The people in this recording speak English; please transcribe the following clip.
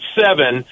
seven